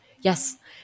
Yes